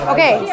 Okay